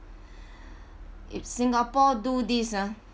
if singapore do this ah